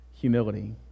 humility